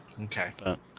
Okay